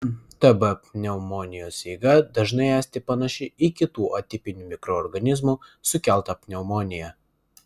tb pneumonijos eiga dažnai esti panaši į kitų atipinių mikroorganizmų sukeltą pneumoniją